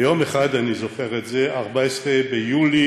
ויום אחד, אני זוכר את זה, 14 ביולי.